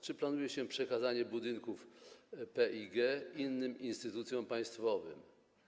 Czy planuje się przekazanie budynków PIG innym instytucjom państwowym?